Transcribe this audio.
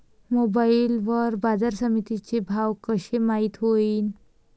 Mobile वर बाजारसमिती चे भाव कशे माईत होईन?